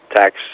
tax